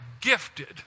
gifted